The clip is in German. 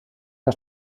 der